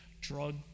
drug